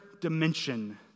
dimension